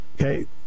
Okay